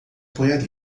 apoiar